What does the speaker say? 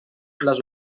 les